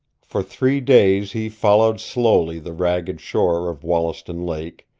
for three days he followed slowly the ragged shore of wollaston lake,